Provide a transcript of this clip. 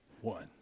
one